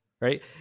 right